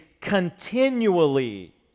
Continually